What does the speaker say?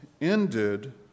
ended